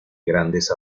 grandes